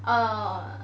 oh